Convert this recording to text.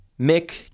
Mick